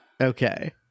Okay